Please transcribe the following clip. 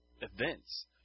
events